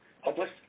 hopeless